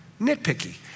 nitpicky